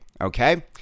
okay